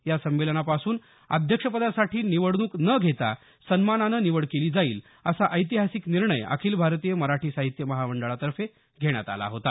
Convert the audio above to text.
या संमेलनापासून अध्यक्षपदासाठी निवडणूक न घेता सन्मानानं निवड केली जाईल असा ऐतिहासिक निर्णय अखिल भारतीय मराठी साहित्य महामंडळातर्फे घेण्यात आला होता